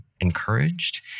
encouraged